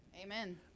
Amen